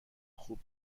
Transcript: خوب